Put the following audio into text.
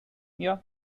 yeah